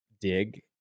Dig